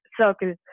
circle